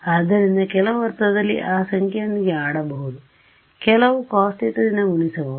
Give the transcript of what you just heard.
ಆದ್ದರಿಂದ ಕೆಲವು ಅರ್ಥದಲ್ಲಿಆ ಸಂಖ್ಯೆಯೊಂದಿಗೆ ಆಡಬಹುದು ಕೆಲವು cosθ ದಿಂದ ಗುಣಿಸಬಹುದು